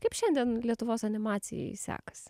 kaip šiandien lietuvos animacijai sekasi